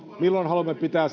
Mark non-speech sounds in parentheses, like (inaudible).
milloin haluamme pitää (unintelligible)